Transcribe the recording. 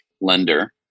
lender